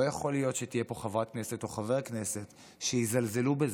לא יכול להיות שתהיה פה חברת כנסת או חבר כנסת שיזלזלו בזה.